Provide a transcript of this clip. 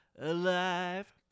alive